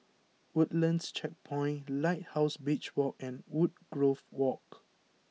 Woodlands Checkpoint Lighthouse Beach Walk and Woodgrove Walk